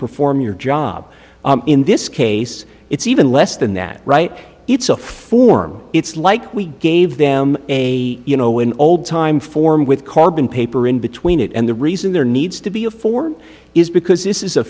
perform your job in this case it's even less than that right it's a form it's like we gave them a you know an old time form with carbon paper in between it and the reason there needs to be a ford is because this is a